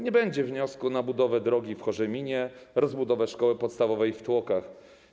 Nie będzie wniosku na budowę drogi w Chorzeminie i rozbudowę szkoły podstawowej w Tłokach.